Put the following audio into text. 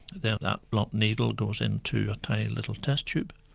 then that blunt needle goes into a tiny little test tube,